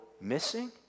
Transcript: missing